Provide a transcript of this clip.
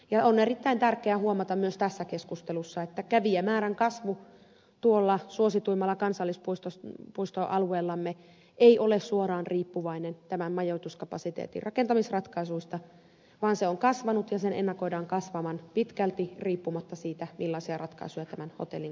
ja on erittäin tärkeää huomata myös tässä keskustelussa että kävijämäärän kasvu tuolla suosituimmalla kansallispuistoalueellamme ei ole suoraan riippuvainen tämän majoituskapasiteetin rakentamisratkaisuista vaan se on kasvanut ja sen ennakoidaan kasvavan pitkälti riippumatta siitä millaisia ratkaisuja tämän hotellin kanssa tehdään